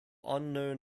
unknown